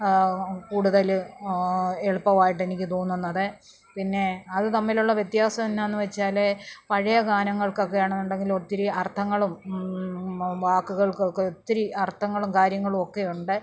കൂടുതല് എളുപ്പവായിട്ടെനിക്ക് തോന്നുന്നത് പിന്നെ അത് തമ്മിലുള്ള വ്യത്യാസം എന്നാന്ന് വെച്ചാലേ പഴയ ഗാനങ്ങൾക്കൊക്കെ ആണെന്നുണ്ടെങ്കില് ഒത്തിരി അർത്ഥങ്ങളും വാക്കുകൾക്കൊക്കെ ഒത്തിരി അർത്ഥങ്ങളും കാര്യങ്ങളും ഒക്കെ ഉണ്ട്